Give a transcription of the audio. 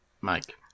Mike